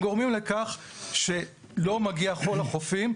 הם גורמים לכך שלא מגיע חול לחופים,